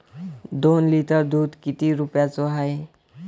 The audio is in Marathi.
दोन लिटर दुध किती रुप्याचं हाये?